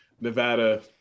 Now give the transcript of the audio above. nevada